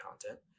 content